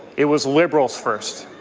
it was liberals first.